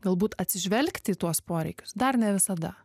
galbūt atsižvelgti į tuos poreikius dar ne visada